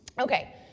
Okay